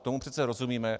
Tomu přece rozumíme.